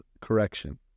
correction